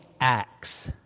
acts